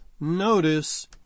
Notice